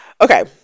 Okay